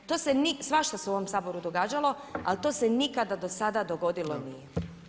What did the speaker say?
To se nije, svašta se u ovom Saboru događalo, ali to se nikada do sada dogodilo nije.